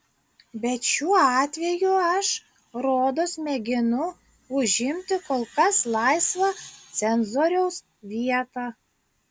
bet šiuo atveju aš rodos mėginu užimti kol kas laisvą cenzoriaus vietą